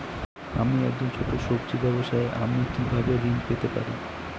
আমি একজন ছোট সব্জি ব্যবসায়ী আমি কিভাবে ঋণ পেতে পারি?